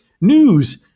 news